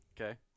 Okay